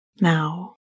Now